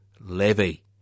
levy